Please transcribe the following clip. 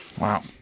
Wow